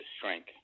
shrink